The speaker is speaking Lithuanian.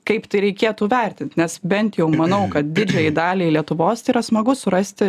kaip tai reikėtų vertint nes bent jau manau kad didžiajai daliai lietuvos tai yra smagu surasti